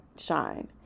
shine